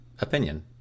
opinion